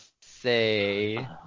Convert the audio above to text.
say